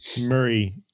Murray